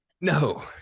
No